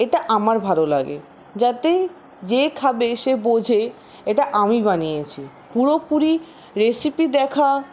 এটা আমার ভালো লাগে যাতে যে খাবে সে বোঝে এটা আমি বানিয়েছি পুরোপুরি রেসিপি দেখা